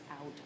out